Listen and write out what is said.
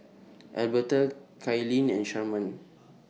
Alberta Kylene and Sharman